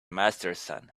masterson